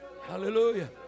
Hallelujah